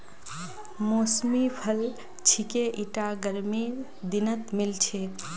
मौसमी फल छिके ईटा गर्मीर दिनत मिल छेक